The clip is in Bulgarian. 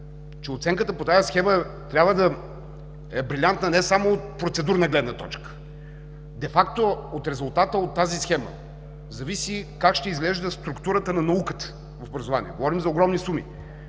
че оценката по тази схема трябва да е брилянтна не само от процедурна гледна точка. Дефакто от резултата от тази схема зависи как ще изглежда структурата на науката образование. Говорим за огромни суми.